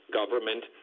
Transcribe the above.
government